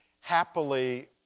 happily